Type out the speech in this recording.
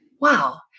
wow